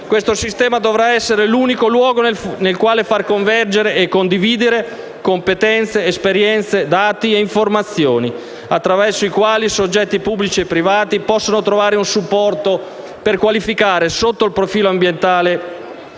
Questo sistema dovrà essere l'unico luogo nel quale far convergere e condividere competenze, esperienze, dati e informazioni, attraverso i quali i soggetti pubblici e privati possono trovare un supporto per qualificare, sotto il profilo ambientale,